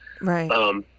Right